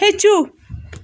ہیٚچوٗ